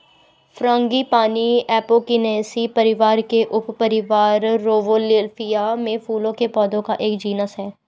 frangipani Apocynaceae परिवार के उपपरिवार रौवोल्फिया में फूलों के पौधों का एक जीनस है